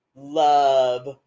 love